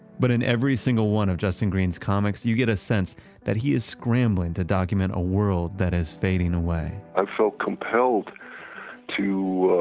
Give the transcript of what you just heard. but in every single one of justin green's comics, you get a sense that he is scrambling to document a world that is fading away i felt compelled to